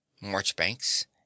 Marchbanks